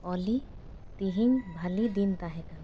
ᱚᱞᱤ ᱛᱤᱦᱤᱧ ᱵᱷᱟᱞᱮ ᱫᱤᱱ ᱛᱟᱦᱮᱸ ᱠᱟᱱᱟ